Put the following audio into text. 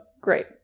great